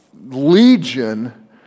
legion